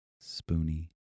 spoony